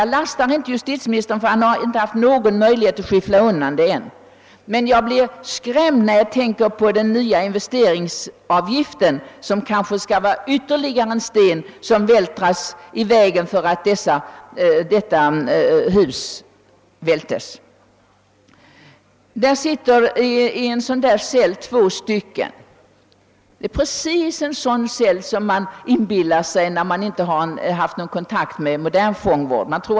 Jag lastar inte justitieministern, eftersom han inte haft någon möjlighet ännu att undanröja detta, men jag blir skrämd när jag tänker på den nya investeringsavgiften, som kanske blir ytterligare en sten som vältras i vägen för att detta hus skall kunna rivas. Det finns på Långholmen celler som är precis sådana som man inbillar sig att en cell skall vara när man inte har haft någon kontakt med modern fångvård.